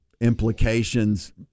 implications